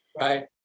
Right